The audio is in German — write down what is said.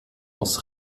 muss